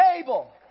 table